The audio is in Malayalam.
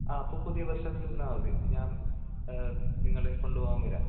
ആ അപ്പോൾ പുതിയ ബസ് സ്റ്റാൻഡിൽ നിന്നാൽ മതി ഞാൻ നിങ്ങളെ കൊണ്ടോവാൻ വരാം